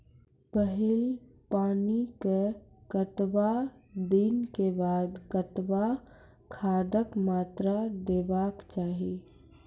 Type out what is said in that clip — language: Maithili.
पहिल पानिक कतबा दिनऽक बाद कतबा खादक मात्रा देबाक चाही?